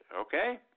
okay